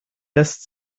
lässt